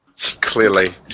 clearly